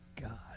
god